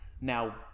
now